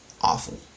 awful